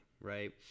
right